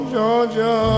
Georgia